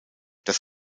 das